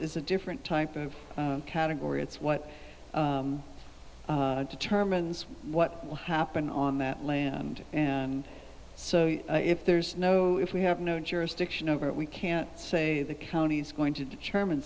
is a different type of category it's what determines what will happen on that land and so if there's no if we have no jurisdiction over it we can't say the county is going to determine